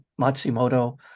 Matsumoto